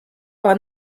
par